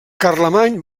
carlemany